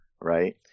Right